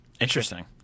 interesting